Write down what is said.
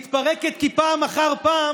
היא מתפרקת כי פעם אחר פעם,